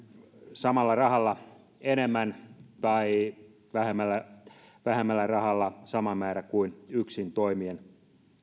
samalla rahalla enemmän tai vähemmällä vähemmällä rahalla sama määrä kuin yksin toimien